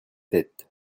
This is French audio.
têtes